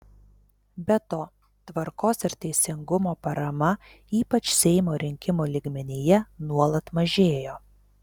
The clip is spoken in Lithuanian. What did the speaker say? be to tvarkos ir teisingumo parama ypač seimo rinkimų lygmenyje nuolat mažėjo